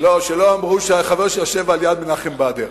שלא אמרו החבר שיושב על-יד מנחם בדר.